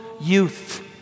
youth